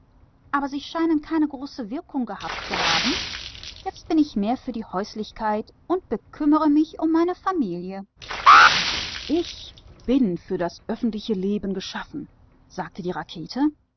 aber es scheint daß sie nicht viel erreicht haben jetzt geh ich ganz in der häuslichkeit auf und kümmere mich nur noch um meine familie ich bin für das öffentliche leben geschaffen sagte die rakete